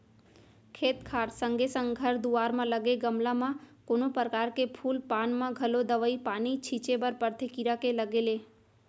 खेत खार संगे संग घर दुवार म लगे गमला म कोनो परकार के फूल पान म घलौ दवई पानी छींचे बर परथे कीरा के लगे ले